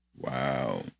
Wow